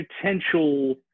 potential